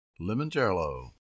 Limoncello